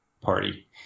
party